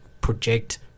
project